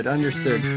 understood